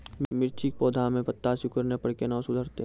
मिर्ची के पौघा मे पत्ता सिकुड़ने पर कैना सुधरतै?